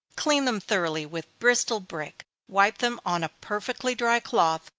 clean them thoroughly with bristol brick, wipe them on a perfectly dry cloth,